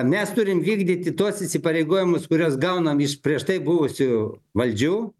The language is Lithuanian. mes turim vykdyti tuos įsipareigojimus kuriuos gaunam iš prieš tai buvusių valdžių